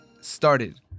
started